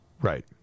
Right